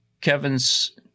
kevin's